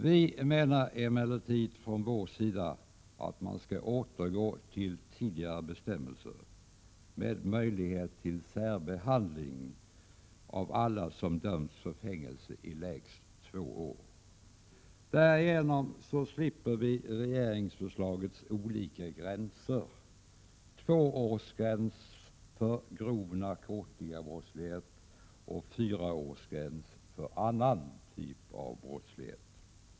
Vi menar emellertid att man skall återgå till tidigare bestämmelser, med möjlighet till särbehandling av alla som har dömts till fängelse i minst två år. Därigenom slipper vi regeringsförslagets olika gränser, dvs. en tvåårsgräns för grov narkotikabrottslighet och en fyraårsgräns för annan typ av brottslighet.